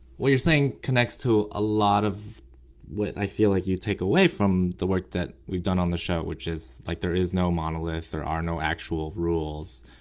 what you're saying connects to a lot of what i feel like you take away from the work that we've done on the show, which is like there is no monolith. there are no actual rules.